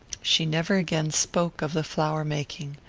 she never again spoke of the flower-making,